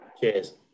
Cheers